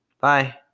Bye